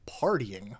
partying